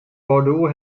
bordeaux